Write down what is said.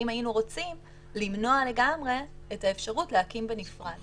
האם היינו רוצים למנוע לגמרי את האפשרות להקים בנפרד?